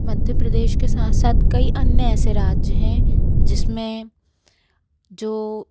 मध्य प्रदेश के साथ साथ कई अन्य ऐसे राज्य हैं जिस में जो